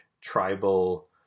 tribal